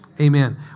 Amen